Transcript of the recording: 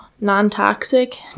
non-toxic